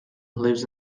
lives